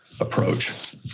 approach